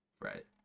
Right